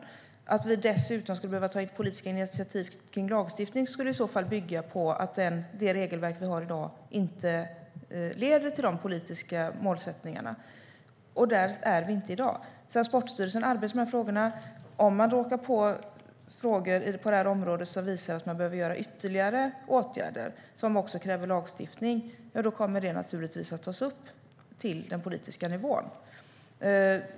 Skulle vi dessutom behöva ta politiska initiativ kring lagstiftning skulle det i så fall bygga på att det regelverk vi har i dag inte leder till de politiska målsättningarna. Där är vi inte i dag. Transportstyrelsen arbetar med frågorna. Om man råkar på frågor på det här området som visar att det behöver vidtas ytterligare åtgärder som också kräver lagstiftning kommer det naturligtvis att tas upp till den politiska nivån.